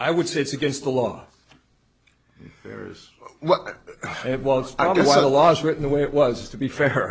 i would say it's against the law there's what it was i don't know what the law is written the way it was to be fair